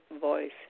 voice